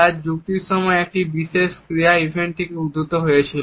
তার যুক্তির সময় তিনি একটি বিশেষ ক্রীড়া ইভেন্ট থেকে উদ্ধৃত করেছেন